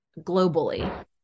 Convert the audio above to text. globally